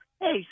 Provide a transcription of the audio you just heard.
Hey